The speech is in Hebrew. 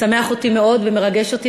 משמח אותי מאוד ומרגש אותי,